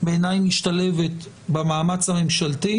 בעיניי משתלבת במאמץ הממשלתי,